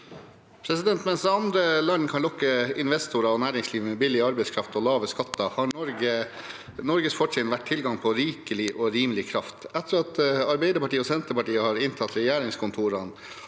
Mens andre land kan lokke investorer og næringsliv med billig arbeidskraft og lave skatter, har Norges fortrinn vært tilgang på rikelig og rimelig kraft. Etter at Arbeiderpartiet og Senterpartiet har inntatt regjeringskontorene,